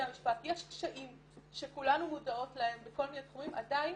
המשפט יש קשיים שכולנו מודעות להם בכל מיני תחומים עדיין